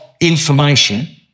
information